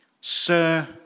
Sir